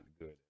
good